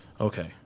Okay